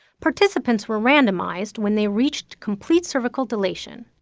participants were randomized when they reached complete cervical dilation.